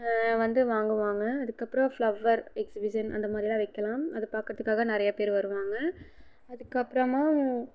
வந்து வாங்குவாங்க அதுக்கப்புறோம் ஃப்லவ்வர் எக்சிபிஸன் அந்த மாதிரிலாம் வக்கலாம் அதை பார்க்றதுக்காக நிறைய பேர் வருவாங்க அதுக்கப்புறமா